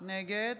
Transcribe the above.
נגד